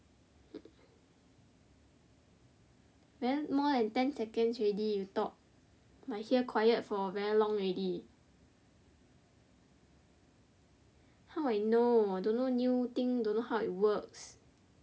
then more ten seconds already you talk my here quiet for very long already how I know don't know new things don't know how it works